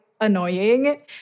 annoying